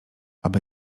aby